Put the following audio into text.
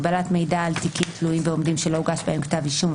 הגבלת מידע על תיקים תלויים ועומדים שלא הוגש בהם כתב אישום),